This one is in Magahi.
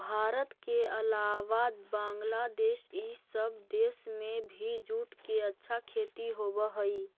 भारत के अलावा बंग्लादेश इ सब देश में भी जूट के अच्छा खेती होवऽ हई